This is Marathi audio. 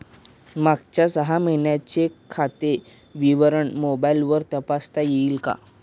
मागच्या सहा महिन्यांचे खाते विवरण मोबाइलवर तपासता येईल का?